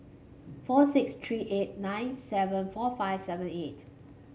four six three eight nine seven four five seven eight